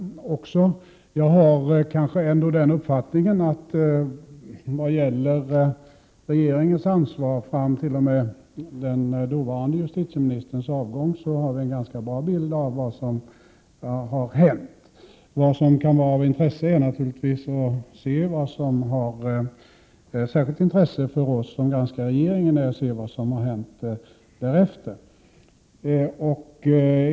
Jag har dock den uppfattningen att vi har fått en ganska bra bild av vad som har hänt när det gäller regeringens ansvar fram t.o.m. dåvarande justitieministerns avgång. Vad som är av särskilt intresse för oss som granskar regeringen är att se vad som har hänt därefter.